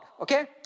okay